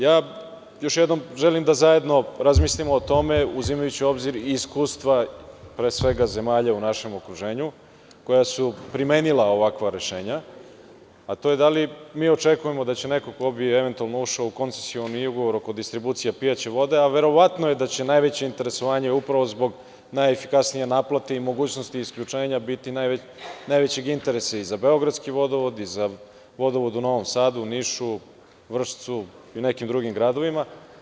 Još jednom želim da zajedno razmislimo o tome, uzimajući u obzir i iskustva, pre svega, zemalja u našem okruženju, koja su primenila ovakva rešenja, a to je da li mi očekujemo da će neko ko bi eventualno ušao u koncesioni ugovor oko distribucije pijaće vode, a verovatno je da će najveće interesovanje upravo zbog najefikasnije naplate i mogućnosti isključenja biti najvećeg interesa i za Beogradski vodovod i za vodovod u Novom Sadu, Nišu, Vršcu i nekim drugim gradovima.